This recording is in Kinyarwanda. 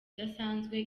idasanzwe